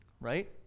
right